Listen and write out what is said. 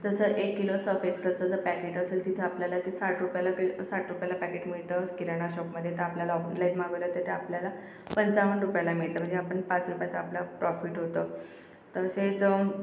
तसं एक किलो सर्फ एक्सलचं जर पॅकेट असेल तिथं आपल्याला ते साठ रुपयाला के साठ रुपयाला पॅकेट मिळतं किराणा शॉपमध्ये तर आपल्याला ऑफलाईन मागवलं तर ते आपल्याला पंचावन्न रुपयाला मिळतं म्हणजे आपण पाच रुपयाचा आपला प्रॉफिट होतो तसेच